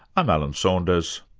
i'm alan saunders,